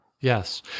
Yes